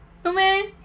no meh